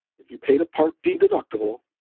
if you pay the part d deductible,